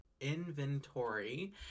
Inventory